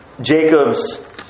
Jacob's